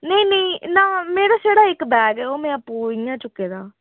नेईं नेईं ना मेरा छड़ा इक बैग ऐ ओह् में आपूं इ'यां चुक्के दा